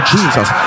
Jesus